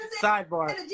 Sidebar